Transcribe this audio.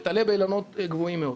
אתלה באילנות גבוהים מאוד.